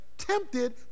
tempted